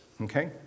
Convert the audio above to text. okay